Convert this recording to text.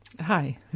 Hi